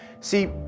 See